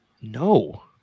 No